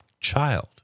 child